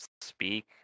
speak